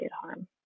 harm